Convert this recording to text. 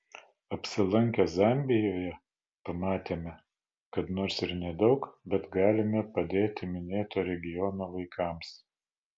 apsilankę zambijoje pamatėme kad nors ir nedaug bet galime padėti minėto regiono vaikams